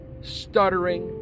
stuttering